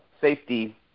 safety